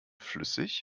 flüssig